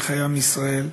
בחיי עם ישראל,